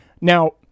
Now